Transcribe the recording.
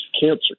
cancer